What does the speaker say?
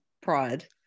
pride